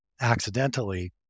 accidentally